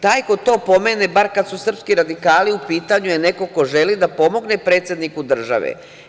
Taj ko to pomene, bar kada su srpski radikali u pitanju, je neko ko želi da pomogne predsedniku države.